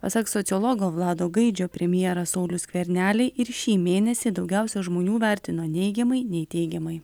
pasak sociologo vlado gaidžio premjerą saulių skvernelį ir šį mėnesį daugiausia žmonių vertino neigiamai nei teigiamai